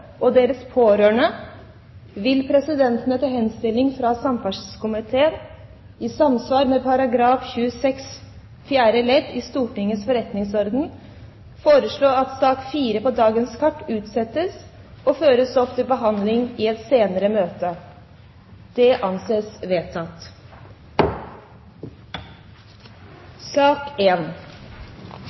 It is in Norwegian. og deres pårørende vil presidenten etter henstilling fra samferdselskomiteen i samsvar med § 26 fjerde ledd i Stortingets forretningsorden foreslå at sak nr. 4 på dagens kart utsettes og føres opp til behandling i et senere møte. – Det anses vedtatt.